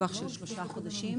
טווח של 3 חודשים.